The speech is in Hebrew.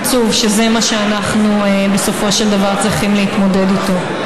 עצוב שזה מה שאנחנו בסופו של דבר צריכים להתמודד איתו.